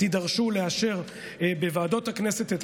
תידרשו לאשר בוועדות הכנסת את